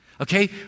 Okay